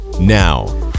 Now